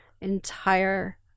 entire